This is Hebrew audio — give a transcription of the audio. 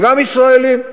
וגם ישראליים,